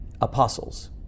apostles